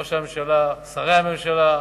ראש הממשלה, שרי הממשלה,